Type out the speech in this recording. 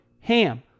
HAM